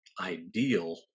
ideal